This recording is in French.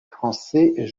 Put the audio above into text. français